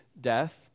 death